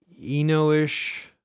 Eno-ish